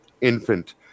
infant